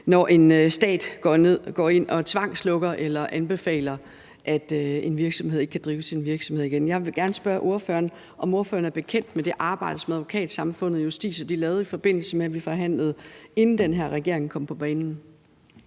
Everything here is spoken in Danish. når en stat går ind og tvangslukker en virksomhed eller anbefaler, at man ikke kan drive sin virksomhed igen. Jeg vil gerne spørge ordføreren, om ordføreren er bekendt med det arbejde, som Advokatsamfundet og Justitia lavede, i forbindelse med at vi forhandlede, inden den her regering kom på banen.